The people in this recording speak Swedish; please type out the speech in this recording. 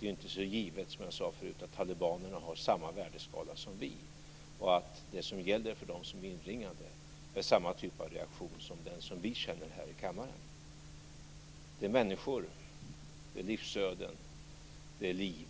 Det är inte så givet, som jag sade tidigare, att talibanerna har samma värdeskala som vi och att det som gäller för dem som är inringade är samma typ av reaktion som den som vi i kammaren känner. Det handlar om människor, livsöden, liv